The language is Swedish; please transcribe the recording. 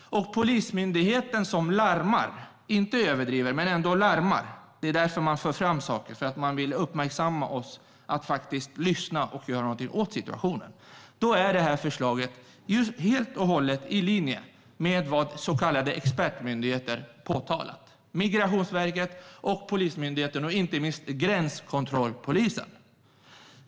Polismyndigheten larmar men överdriver inte. De för fram saker för att de vill uppmärksamma oss på det, få oss att lyssna och göra någonting åt situationen. Förslaget är helt och hållet i linje med vad de så kallade expertmyndigheterna påtalat. Det är Migrationsverket, Polismyndigheten och inte minst gränskontrollpolisen.